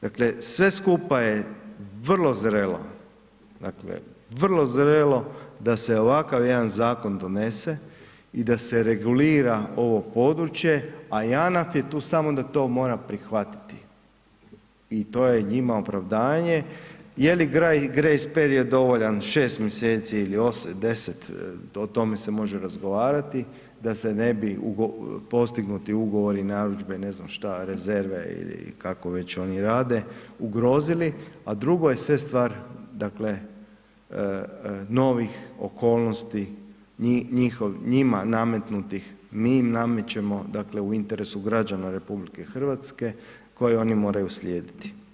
Dakle, sve skupa je vrlo zrelo, dakle, vrlo zrelo da se ovakav jedan zakon donese i da se regulira ovo područje, a JANAF je tu samo da to mora prihvatiti i to je njima opravdanje, jel li grejs period dovoljan 6 mjeseci ili 8, 10, o tome se može razgovarati, da se ne bi postignuti ugovori, narudžbe, ne znam šta, rezerve ili kako već oni rade, ugrozili, a drugo je sve stvar, dakle, novih okolnosti, njima nametnutih, mi im namećemo, dakle, u interesu građana RH koje oni moraju slijediti.